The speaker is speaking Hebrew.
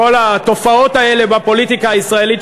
כל התופעות האלה בפוליטיקה הישראלית,